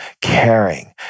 caring